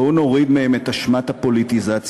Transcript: בואו נוריד מהם את אשמת הפוליטיזציה.